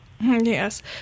yes